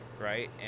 right